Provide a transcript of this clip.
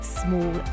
small